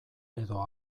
edo